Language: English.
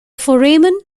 foramen